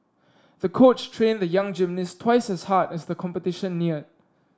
the coach trained the young gymnast twice as hard as the competition neared